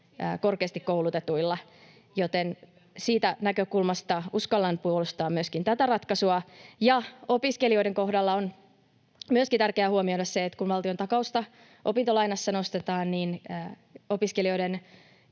korkeasti koulutetuilla, joten siitä näkökulmasta uskallan puolustaa myöskin tätä ratkaisua. Opiskelijoiden kohdalla on tärkeää huomioida myöskin se, että kun valtiontakausta opintolainassa nostetaan, niin opiskelijoiden